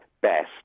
best